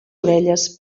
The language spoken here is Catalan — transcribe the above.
orelles